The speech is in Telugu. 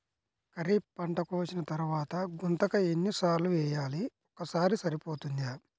ఖరీఫ్ పంట కోసిన తరువాత గుంతక ఎన్ని సార్లు వేయాలి? ఒక్కసారి సరిపోతుందా?